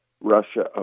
Russia